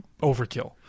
overkill